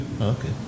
Okay